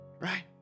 Right